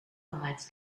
bereits